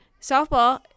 softball